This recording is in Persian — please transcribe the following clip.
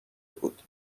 بود